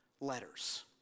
letters